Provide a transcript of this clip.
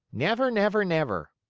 never, never, never!